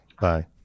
Bye